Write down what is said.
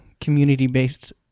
community-based